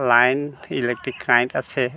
line electric current আছে